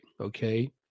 okay